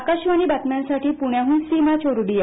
आकाशवाणी बातम्यांसाठी पुण्याहून सीमा चोरडिया